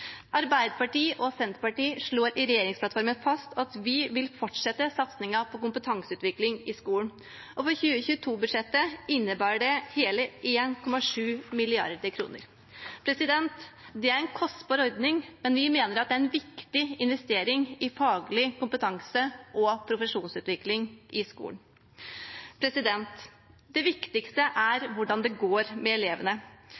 Arbeiderpartiet og Senterpartiet slår i regjeringsplattformen fast at vi vil fortsette satsingen på kompetanseutvikling i skolen, og for 2022-budsjettet innebærer det hele 1,7 mrd. kr. Det er en kostbar ordning, men vi mener det er en viktig investering i faglig kompetanse og profesjonsutvikling i skolen. Det viktigste